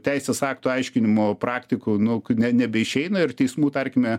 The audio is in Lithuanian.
teisės aktų aiškinimo praktikų nu k ne nebeišeina ir teismų tarkime